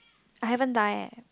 I haven't die eh